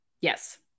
Yes